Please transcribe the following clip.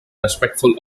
respectful